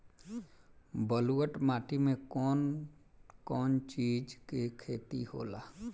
ब्लुअट माटी में कौन कौनचीज के खेती होला?